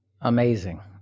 Amazing